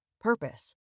purpose